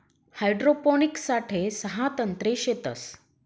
hydroponics साठे सहा तंत्रे शेतस